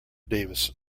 davison